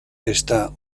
está